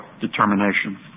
determination